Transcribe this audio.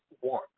one